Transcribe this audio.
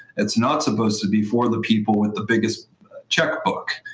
it's not supposed to be for the people with the biggest checkbook.